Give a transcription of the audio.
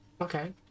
Okay